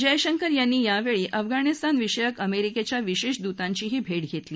जयशंकर यांनी यावेळी अफगाणिस्तान विषयक अमेरिकेच्या विशेष दूतांचीही भेट घेतली